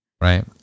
right